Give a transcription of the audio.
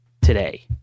today